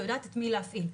ויודעת את מי להפעיל.